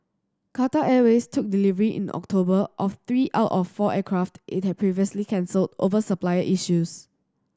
Qatar Airways took delivery in October of three out of four aircraft it had previously cancelled over supplier issues